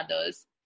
others